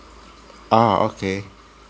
oh okay